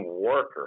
worker